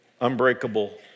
unbreakable